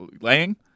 laying